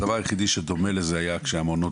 הדבר היחידי שדומה לזה היה כשמעונות